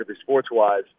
sports-wise